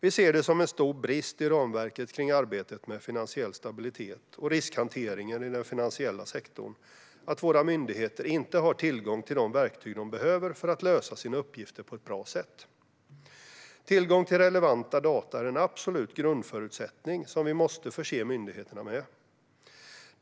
Vi ser det som en stor brist i ramverket för arbetet med finansiell stabilitet och riskhanteringen i den finansiella sektorn att våra myndigheter inte har tillgång till de verktyg de behöver för att lösa sina uppgifter på bra sätt. Tillgång till relevanta data är en absolut grundförutsättning som vi måste förse myndigheterna med.